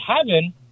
heaven